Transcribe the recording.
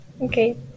okay